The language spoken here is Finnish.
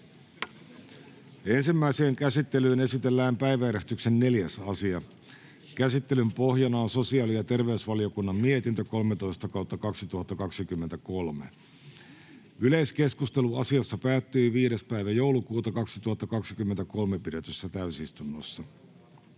Ensimmäiseen käsittelyyn esitellään päiväjärjestyksen 5. asia. Käsittelyn pohjana on sosiaali- ja terveysvaliokunnan mietintö StVM 14/2023 vp. Yleiskeskustelu asiasta päättyi 7.12.2023 pidetyssä täysistunnossa.